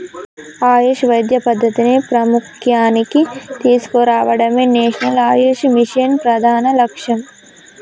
ఆయుష్ వైద్య పద్ధతిని ప్రాముఖ్య్యానికి తీసుకురావడమే నేషనల్ ఆయుష్ మిషన్ ప్రధాన లక్ష్యం